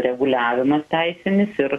reguliavimas teisinis ir